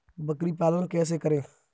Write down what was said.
बकरी पालन कैसे करें?